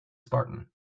spartan